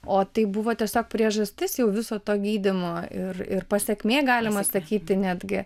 o tai buvo tiesiog priežastis jau viso to gydymo ir ir pasekmė galima sakyti netgi